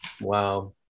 Wow